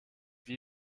wie